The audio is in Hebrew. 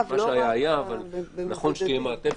מה שהיה, היה, אבל נכון שתהיה מעטפת.